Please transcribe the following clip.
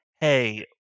Hey